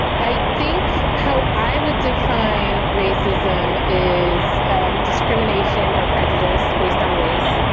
i think how i would define racism is discrimination or prejudice based on race,